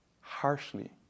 harshly